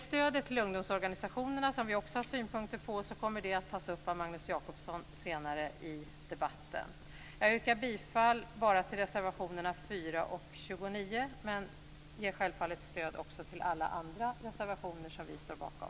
Stödet till ungdomsorganisationerna, som vi också har synpunkter på, kommer att tas upp av Magnus Jag yrkar bifall bara till reservationerna 4 och 29, men ger självfallet stöd också till alla andra reservationer som vi står bakom.